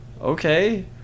okay